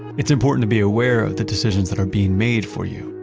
it's important to be aware of the decisions that are being made for you,